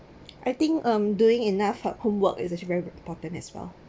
I think um doing enough for homework it's actually very important as well